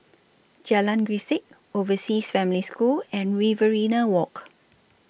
Jalan Grisek Overseas Family School and Riverina Walk